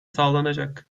sağlanacak